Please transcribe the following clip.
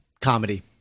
comedy